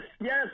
yes